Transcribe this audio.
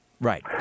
Right